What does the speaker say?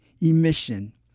emission